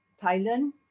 Thailand